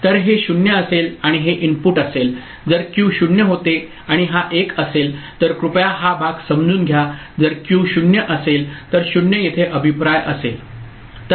तर हे 0 असेल आणि हे इनपुट असेल जर Q 0 होते आणि हा 1 असेल तर कृपया हा भाग समजून घ्या जर Q 0 असेल तर 0 येथे अभिप्राय असेल